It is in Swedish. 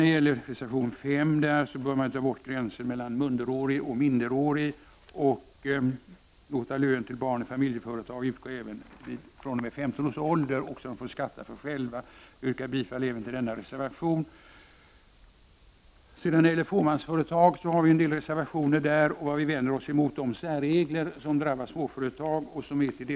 När det gäller reservation 5 anser vi att man bör ta bort gränserna beträffande minderårig och låta lön till barn i familjeföretag utgå fr.o.m. 15 årsåldern, varvid barnet självt får skatta för lönen. Jag yrkar bifall även till denna reservation. När det gäller fåmansföretag har vi vissa reservationer. Vi vänder oss mot de särregler som drabbar småföretag.